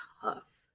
tough